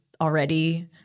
already